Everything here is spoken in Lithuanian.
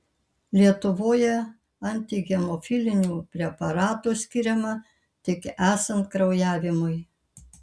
lietuvoje antihemofilinių preparatų skiriama tik esant kraujavimui